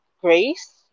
GRACE